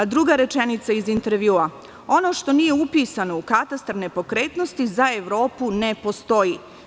Druga rečenica iz intervjua – ono što nije upisano u Katastar nepokretnost za Evropu ne postoji.